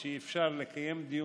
כשאפשר לקיים דיון,